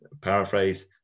paraphrase